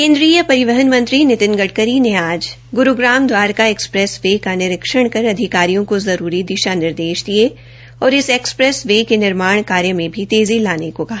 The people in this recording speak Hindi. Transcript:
केन्द्रीय परिवहन मंत्री नितिन गड़करी ने आज ग्रूग्राम द्वारका एक्सप्रेस वे का निरीक्षण कर अधिकारियों को जरूरी दिशा निर्देश दिये और इस एक्सप्रेस वे के निर्माण कार्य में भी तेज़ी लाने को कहा